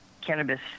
cannabis